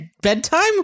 bedtime